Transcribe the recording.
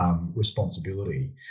responsibility